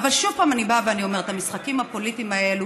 אבל שוב אני באה ואני אומרת: המשחקים הפוליטיים האלה